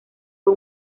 fue